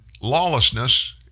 lawlessness